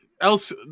else